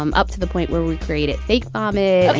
um up to the point where we created fake vomit. and.